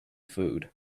food